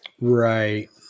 right